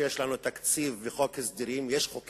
הזכרת את אותו היטל שכל אזרחי מדינת ישראל